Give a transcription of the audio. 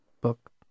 book